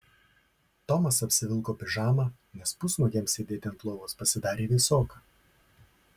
tomas apsivilko pižamą nes pusnuogiam sėdėti ant lovos pasidarė vėsoka